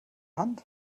hand